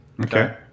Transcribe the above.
Okay